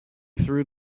through